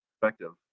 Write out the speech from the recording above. perspective